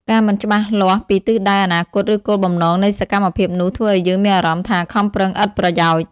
ការមិនច្បាស់លាស់ពីទិសដៅអនាគត ឬគោលបំណងនៃសកម្មភាពនោះ ធ្វើឲ្យយើងមានអារម្មណ៍ថាខំប្រឹងឥតប្រយោជន៍។